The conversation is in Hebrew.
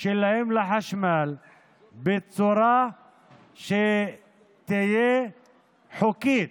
שלהם לחשמל בצורה שתהיה חוקית,